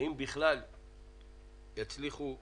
אם בכלל יצליחו להמריא,